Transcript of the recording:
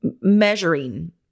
Measuring